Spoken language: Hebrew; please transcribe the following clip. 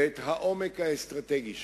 ואת העומק האסטרטגי שלה.